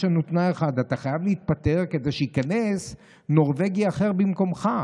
יש לנו רק תנאי אחד: אתה חייב להתפטר כדי שייכנס נורבגי אחר במקומך.